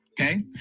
okay